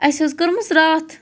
اَسہِ حظ کٔرمٕژ راتھ